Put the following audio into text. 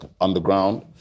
underground